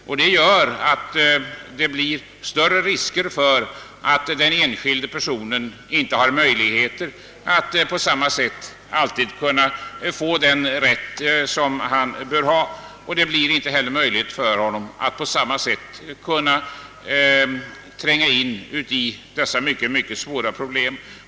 Detta medför allt större risker för att den enskilde personen inte alltid får möjlighet att tillvarata den rätt han bör ha. Han kan inte tränga in i dessa mycket svåra problem.